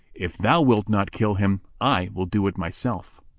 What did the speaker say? if thou wilt not kill him, i will do it myself.